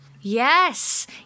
Yes